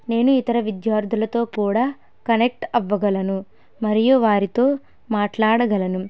నేను ఇతర విద్యార్థులతో కూడా కనెక్ట్ అవ్వగలను మరియు వారితో మాట్లాడగలను